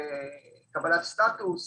לקבלת סטטוס.